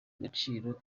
agaciro